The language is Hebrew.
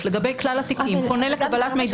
המקדימות אנחנו ניפגש פה גם בשבוע הבא.